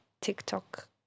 tiktok